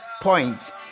point